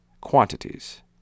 quantities